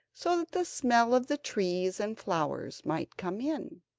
so that the smell of the trees and flowers might come in.